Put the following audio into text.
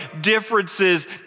differences